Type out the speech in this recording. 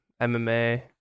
MMA